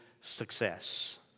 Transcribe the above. success